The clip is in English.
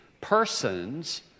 persons